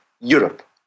Europe